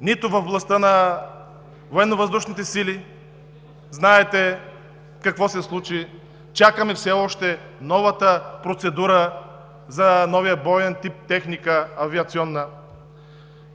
нито във властта на Военновъздушните сили – знаете какво се случи. Все още чакаме новата процедура за новия боен тип авиационна техника.